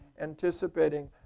anticipating